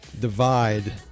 divide